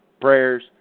prayers